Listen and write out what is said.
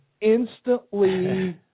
instantly